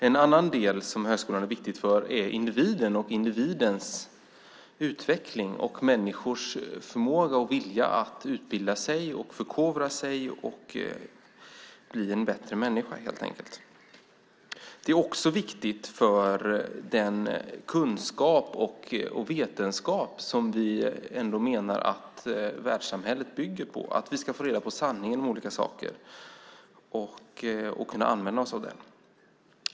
En annan del som högskolan är viktig för är individen, individens utveckling och människors förmåga och vilja att utbilda sig och förkovra sig och bli bättre människor, helt enkelt. Det är också viktigt för den kunskap och vetenskap som vi ändå menar att världssamhället bygger på att vi ska få reda på sanningen om olika saker och kunna använda oss av den.